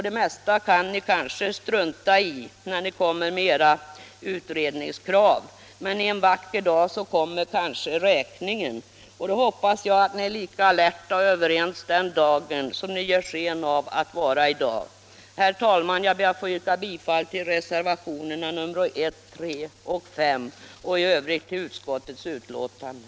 Det mesta kan ni kanske strunta i när ni kommer med era utredningskrav, men en vacker dag kommer räkningen, och då hoppas jag att ni är lika alerta och överens den dagen som ni gör sken av att vara i dag. Herr talman! Jag ber att få yrka bifall till reservationerna 1, 3 och 5 och i övrigt till utskottets hemställan.